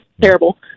terrible